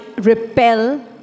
repel